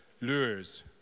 lures